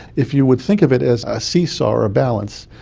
if you would think of it as a seesaw or a balance,